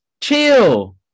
chill